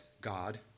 God